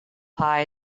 pie